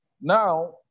Now